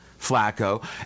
Flacco